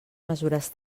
mesures